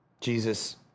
Jesus